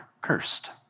cursed